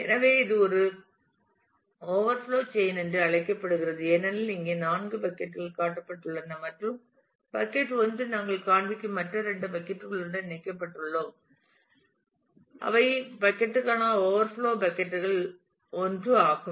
எனவே இது ஒரு ஓவர்ஃப்லோ செயின் என்று அழைக்கப்படுகிறது ஏனெனில் இங்கே 4 பக்கட் கள் காட்டப்பட்டுள்ளன மற்றும் பக்கட் 1 நாங்கள் காண்பிக்கும் மற்ற இரண்டு பக்கட் களுடன் இணைக்கப்பட்டுள்ளோம் அவை பக்கட் க்கான ஓவர்ஃப்லோ பக்கட் கள் 1 ஆகும்